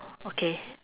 okay